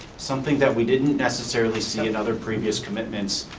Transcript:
something that we didn't necessarily see in other previous commitments